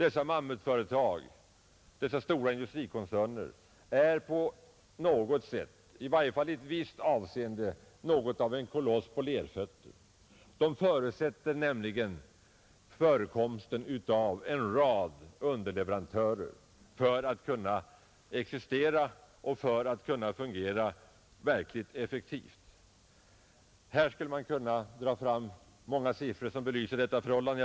Ett sådant mammutföretag är på något sätt, i varje fall i ett visst avseende, något av en koloss på lerfötter. Det förutsätter nämligen förekomsten av en rad underleverantörer för att kunna existera och för att kunna fungera verkligt effektivt. Det finns många siffror som belyser detta förhållande.